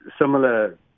similar